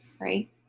right